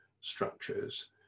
structures